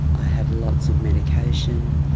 i had lots of medication.